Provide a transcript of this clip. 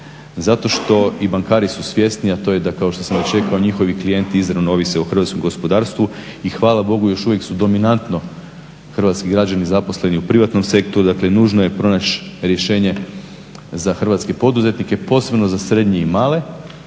zato što i bankari su svjesni, a to je da kao što sam već rekao njihovi klijenti izravno ovise o hrvatskom gospodarstvu. I hvala Bogu još uvijek su dominantno hrvatski građani zaposleni u privatno sektoru, dakle nužno je pronaći rješenje za hrvatske poduzetnike, posebno za srednje i male,